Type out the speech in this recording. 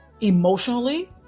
emotionally